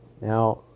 now